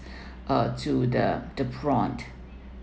uh to the the prawn